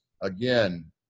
again